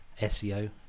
SEO